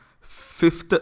fifth